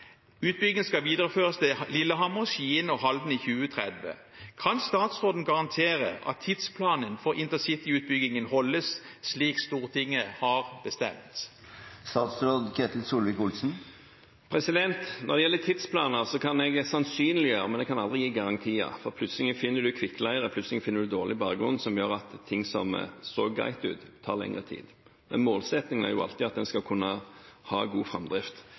skal videreføres til Lillehammer, Skien og Halden i 2030. Kan statsråden garantere at tidsplanen for intercityutbyggingen holdes slik Stortinget har bestemt? Når det gjelder tidsplaner, kan jeg sannsynliggjøre, men jeg kan aldri gi garantier, for plutselig finner en kvikkleire eller dårlig grunn, som gjør at ting som så greit ut, tar lengre tid. Men målsettingen er alltid at en skal kunne ha god framdrift.